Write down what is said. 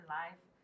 life